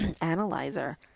analyzer